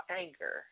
anger